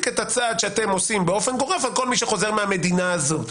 את הצעד שאתם עושים באופן גורף על כל מי שחוזר מהמדינה הזו.